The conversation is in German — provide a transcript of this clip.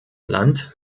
land